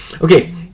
Okay